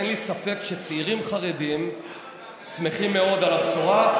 אין לי ספק שצעירים חרדים שמחים מאוד על הבשורה,